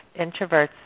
introverts